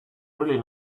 really